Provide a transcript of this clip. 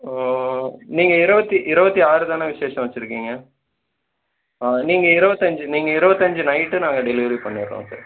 நீங்கள் இருபத்தி இருபத்தி ஆறு தானே விஷேசம் வைச்சிருக்கீங்க நீங்கள் இருபத்தஞ்சு நீங்கள் இருபத்தஞ்சு நைட்டு நாங்கள் டெலிவரி பண்ணிட்டுறோம் சார்